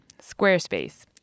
Squarespace